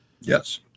Yes